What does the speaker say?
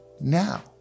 now